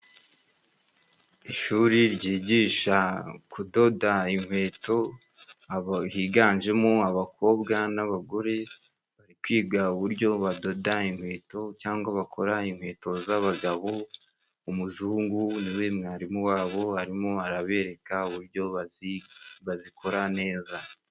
Ishuri ryigisha kudoda inkweto, higanjemo abakobwa n’abagore bari kwiga uburyo badoda inkweto cyangwa bakora inkweto z’abagabo. Umuzungu ni we mwarimu wabo, arimo arabereka uburyo bazikora neza.